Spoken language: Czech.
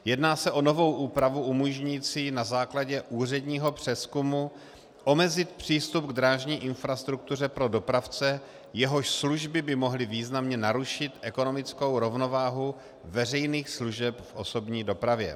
Jedná se o novou úpravu umožňující na základě úředního přezkumu omezit přístup k drážní infrastruktuře pro dopravce, jehož služby by mohly významně narušit ekonomickou rovnováhu veřejných služeb v osobní dopravě.